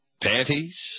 panties